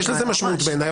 יש לזה משמעות, בעיניי.